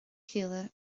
chéile